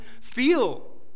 feel